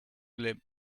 limp